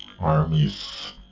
Armies